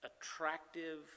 attractive